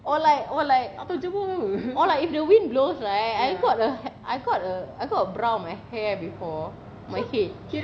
or like or like or like if the wind blows right I got a I got a I got to brown my hair before my head